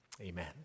Amen